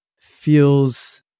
feels